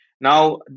Now